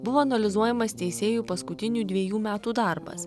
buvo analizuojamas teisėjų paskutinių dvejų metų darbas